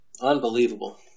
Unbelievable